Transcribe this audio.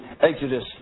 exodus